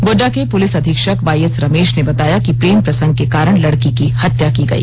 गोड़डा के पुलिस अधीक्षक वाईएस रमेश ने बताया कि प्रेम प्रसंग के कारण लड़की की हत्या की गई